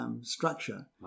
structure